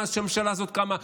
מאז שהממשלה הזאת קמה,